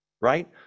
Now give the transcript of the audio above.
right